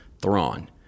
Thrawn